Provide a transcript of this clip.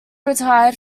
retired